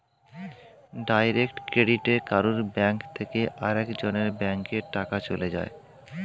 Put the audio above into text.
direct ক্রেডিটে কারুর bank থেকে আরেক জনের ব্যাংকে টাকা চলে যায়